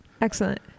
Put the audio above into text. Excellent